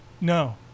No